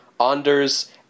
Anders